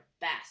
best